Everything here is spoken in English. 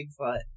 Bigfoot